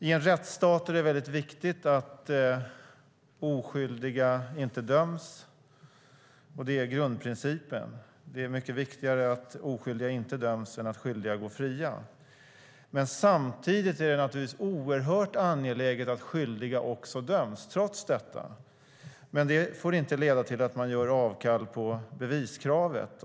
I en rättsstat är det väldigt viktigt att oskyldiga inte döms, och det är grundprincipen. Det är mycket viktigare att oskyldiga inte döms än att skyldiga går fria. Trots detta är det naturligtvis oerhört angeläget att skyldiga döms, men det får inte leda till att man gör avkall på beviskravet.